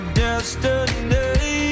destiny